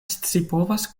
scipovas